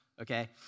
okay